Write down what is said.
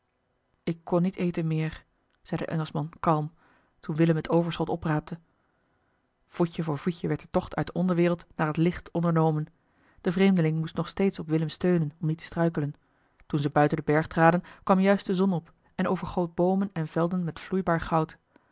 ik kon niet eten meer zei de engelschman kalm toen willem het overschot opraapte voetje voor voetje werd de tocht uit de onderwereld naar het licht ondernomen de vreemdeling moest nog steeds op willem steunen om niet te struikelen toen ze buiten den berg traden kwam juist de zon op en overgoot boomen en velden met vloeibaar goud